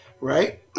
Right